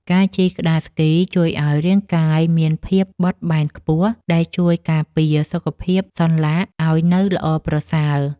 ការជិះក្ដារស្គីជួយឱ្យរាងកាយមានភាពបត់បែនខ្ពស់ ដែលជួយការពារសុខភាពសន្លាក់ឱ្យនៅល្អប្រសើរ។